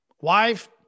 wife